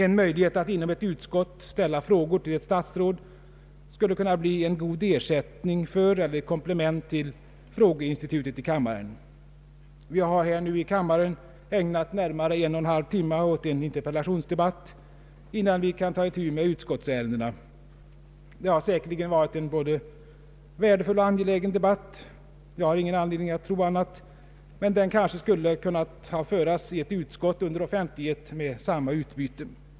En möjlighet att inom ett utskott ställa frågor till ett statsråd skulle kunna bli en god ersättning för eller ett komplement till frågeinstitutet i kammaren. Vi har nu ägnat närmare en och en halv timme åt en interpellationsdebatt, innan vi kan ta itu med utskottsärendena. Det har säkerligen varit en både värdefull och angelägen debatt — jag har ingen anledning att tro annat — men den kanske skulle ha kunnat föras i ett utskott under offentlighet med samma utbyte.